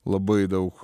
labai daug